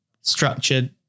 structured